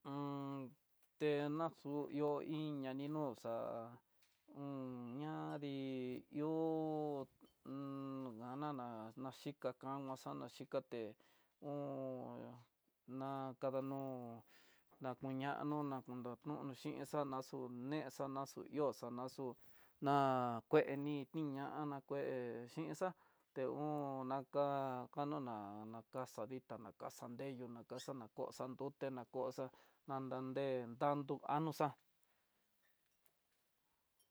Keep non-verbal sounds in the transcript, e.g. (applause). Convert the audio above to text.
(hesitation) te ña xo ihó iin ña ni no xa'á, un ñadii ihó un na nana, naxhika kano xana xhikaté un na kananú, nakuñando nrakunró xhin, xanaxuné xana xu ihó xana xú ná kueni tiña'ana kué hinxa, e un naxa'á kanona nakaxa ditá nakaxa nreyu nakaxa na kó xa nruté na ko xa'á dadande ayuxa'á.